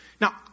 Now